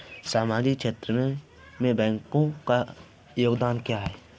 सामाजिक क्षेत्र में बैंकों का योगदान क्या है?